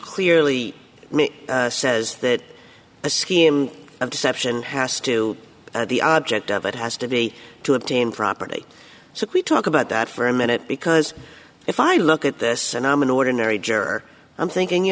clearly says that the scheme of deception has to be the object of it has to be to obtain property so we talk about that for a minute because if i look at this and i'm an ordinary juror i'm thinking you